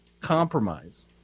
Compromise